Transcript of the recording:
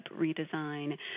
redesign